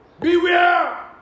beware